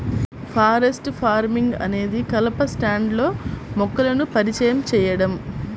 forest farming అనేది కలప స్టాండ్లో మొక్కలను పరిచయం చేయడం